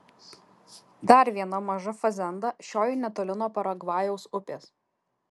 dar viena maža fazenda šioji netoli nuo paragvajaus upės